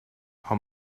how